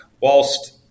whilst